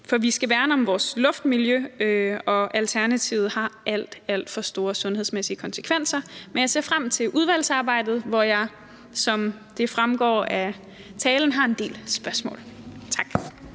for vi skal værne om vores luftmiljø, og alternativet har alt, alt for store sundhedsmæssige konsekvenser. Men jeg ser frem til udvalgsarbejdet, hvor jeg, som det fremgår af talen, har en del spørgsmål. Tak.